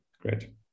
great